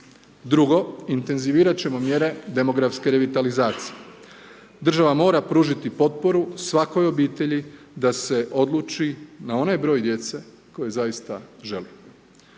drugo intenzivirati ćemo mjere demografske revitalizacije. Država mora pružiti potporu svakoj obitelji da se odluči na onaj broj djece koje zaista žele.